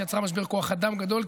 שיצרה משבר כוח אדם גדול,